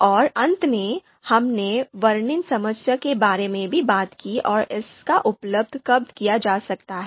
और अंत में हमने वर्णन समस्या के बारे में भी बात की और इसका उपयोग कब किया जा सकता है